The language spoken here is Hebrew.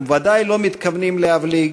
ובוודאי לא מתכוונים להבליג,